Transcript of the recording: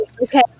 okay